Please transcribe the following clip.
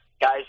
guys